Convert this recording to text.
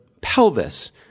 pelvis